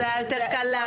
היה הרבה יותר קל.